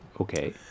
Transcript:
Okay